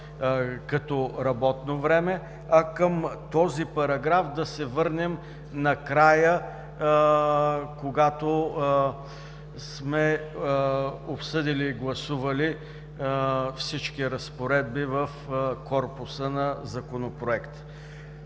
като работно време, а към този параграф да се върнем накрая, когато сме обсъдили и гласували всички разпоредби в корпуса на Законопроекта.